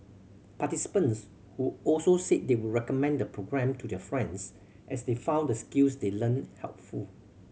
participants who also said they would recommend the programme to their friends as they found the skills they learnt helpful